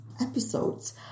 episodes